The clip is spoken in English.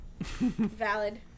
Valid